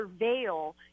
surveil